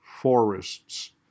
forests